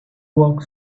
walked